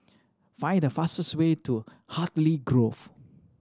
find the fastest way to Hartley Grove